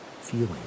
feeling